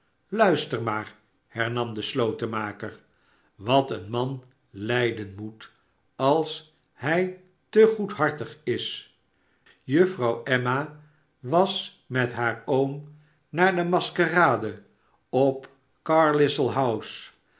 luister maar hernam de slotenmaker swat een man lijden moet als hij te goedhartig is juffrouw emma was met haar oom naar de maskerade op